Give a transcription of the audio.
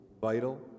vital